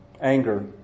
anger